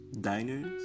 diners